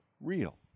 real